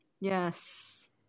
Yes